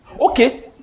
Okay